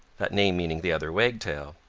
that name meaning the other wagtail.